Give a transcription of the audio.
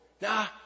Nah